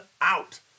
out